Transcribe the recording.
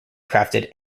crafted